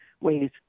ways